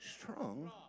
strong